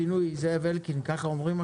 ברוך הבא שר הבינוי והשיכון זאב אלקין, ברוכים